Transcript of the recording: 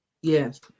Yes